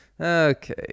Okay